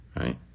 right